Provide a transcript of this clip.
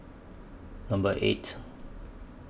Number eight